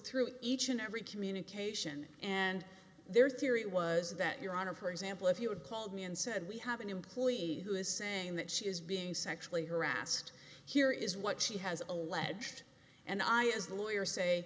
through each and every communication and their theory was that your honor for example if you had called me and said we have an employee who is saying that she is being sexually harassed here is what she has alleged and i as the lawyer say